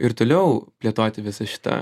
ir toliau plėtoti visą šitą